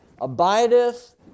abideth